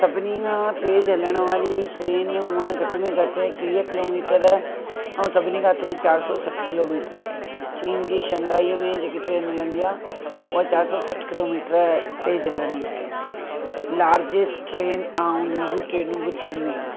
सभिनी खां तेज़ु हलण वारी ट्रेन हूंअ घट में घटि टीह किलोमीटर ऐं सभिनी खां तेज़ु चार सौ सठि किलोमीटर आहे चीन जी शंघाईअ में जेकी ट्रेन हलंदी आहे उहा चार सौ सठि किलोमीटर तेज़ु हलंदी आहे लारज़ेस्ट ट्रेन ऐं उन्हनि जूं ट्रेनूं बि थींदियूं आहिनि